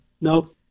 No